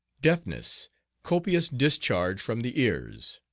deafness copious discharge from the ears.